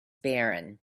barren